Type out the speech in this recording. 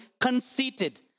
conceited